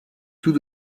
tout